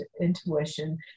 intuition